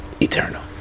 Eternal